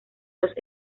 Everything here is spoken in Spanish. los